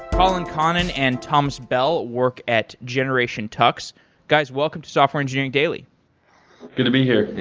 colan connon and thomas bell work at generation tux. guys, welcome to software engineering daily good to be here. yeah,